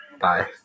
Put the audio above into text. bye